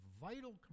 vital